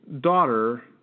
daughter